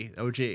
OG